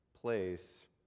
place